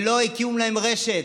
ולא הקימו להם רשת.